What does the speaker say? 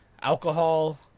alcohol